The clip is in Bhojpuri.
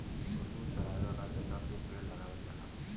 पशु चरावे वाला जगह पे पेड़ लगावल जाला